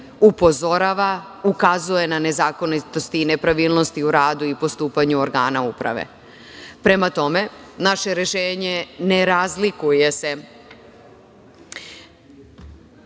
upozorava, ukazuje na nezakonitosti i nepravilnosti u radu i postupanju organa uprave. Prema tome, naše rešenje ne razlikuje se